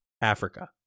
Africa